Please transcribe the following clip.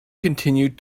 continued